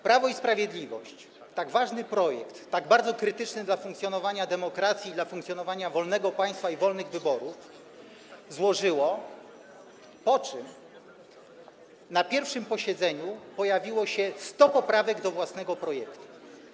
Prawo i Sprawiedliwość tak ważny projekt, tak bardzo krytyczny dla funkcjonowania demokracji i dla funkcjonowania wolnego państwa i wolnych wyborów, złożyło, po czym na pierwszym posiedzeniu wnioskodawcy złożyli 100 poprawek do własnego projektu.